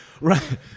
Right